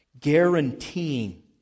Guaranteeing